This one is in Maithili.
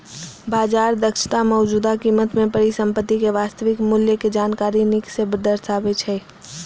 बाजार दक्षता मौजूदा कीमत मे परिसंपत्ति के वास्तविक मूल्यक जानकारी नीक सं दर्शाबै छै